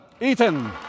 Ethan